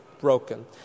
broken